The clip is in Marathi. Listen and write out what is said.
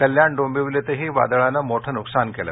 कल्याण डोंबिवलीतही वादळानं मोठं नुकसान केलं